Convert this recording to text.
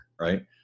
right